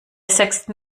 sechsten